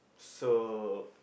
so